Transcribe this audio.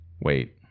Wait